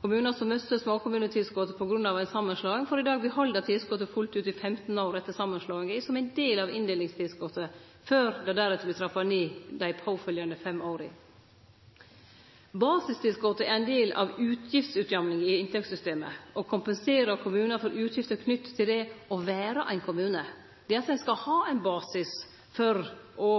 Kommunar som misser småkommunetilskotet på grunn av ei samanslåing, får i dag behalde tilskotet fullt ut i 15 år etter samanslåinga, som ein del av inndelingstilskotet, før det deretter vert trappa ned dei påfølgjande fem åra. Basistilskotet er ein del av utgiftsutjamninga i inntektssystemet og kompenserer kommunane for utgifter knytte til det å vere ein kommune – det at ein skal ha ein basis for å